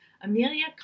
Amelia